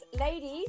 ladies